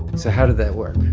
so how did that work?